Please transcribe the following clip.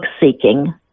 seeking